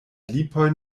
lipoj